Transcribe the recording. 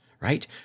right